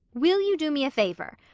will you do me a favour?